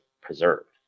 preserved